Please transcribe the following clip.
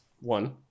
one